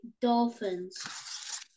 Dolphins